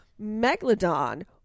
Megalodon